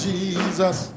Jesus